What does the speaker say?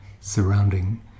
surrounding